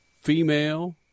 female